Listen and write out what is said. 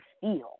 feel